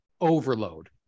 overload